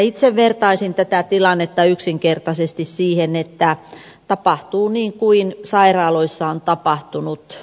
itse vertaisin tätä tilannetta yksinkertaisesti siihen että tapahtuu niin kuin sairaaloissa on tapahtunut